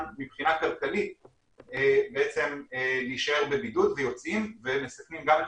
מבחינה כלכלית בעצם להישאר בבידוד ויוצאים ומסכנים עם את